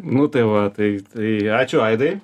nu tai va tai tai ačiū aidai